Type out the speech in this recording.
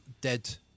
Dead